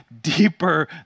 deeper